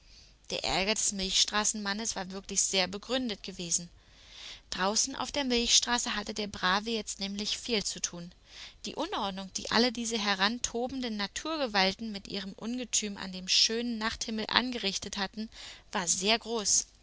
der ärger des milchstraßenmannes war wirklich sehr begründet gewesen draußen auf der milchstraße hatte der brave jetzt nämlich viel zu tun die unordnung die alle diese herantobenden naturgewalten mit ihrem ungestüm an dem schönen nachthimmel angerichtet hatten war sehr groß